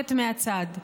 שצועקת מהצד: